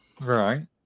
right